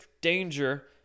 danger